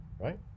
right